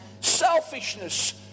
Selfishness